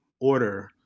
order